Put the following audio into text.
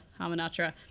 Hamanatra